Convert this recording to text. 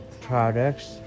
products